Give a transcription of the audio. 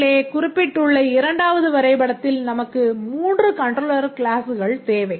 மேலே குறிப்பிட்டுள்ள இரண்டாவது வரைபடத்தில் நமக்கு மூன்று கண்ட்ரோலர் கிளாஸ்கள் தேவை